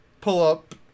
pull-up